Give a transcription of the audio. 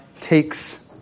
takes